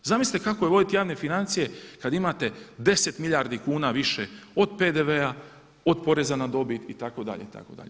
Zamislite kako je voditi javne financije kada imate 10 milijardi kuna više od PDV-a, od poreza na dobit, itd., itd.